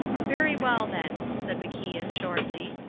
very well, then, said macian, shortly.